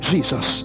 Jesus